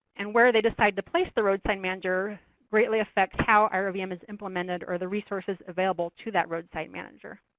and where they decide to place the roadside manager greatly affects how irvm is implemented or the resources available to that roadside manager.